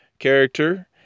character